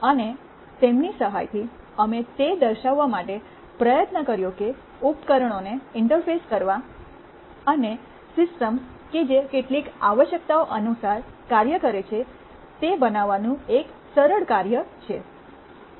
અને તેમની સહાયથી અમે તે દર્શાવવા માટે પ્રયત્ન કર્યો કે ઉપકરણોને ઇન્ટરફેસ કરવા અને સિસ્ટમ્સ કે જે કેટલીક આવશ્યકતાઓ અનુસાર કાર્ય કરે છે તે બનાવવાનું એક સરળ કાર્ય છે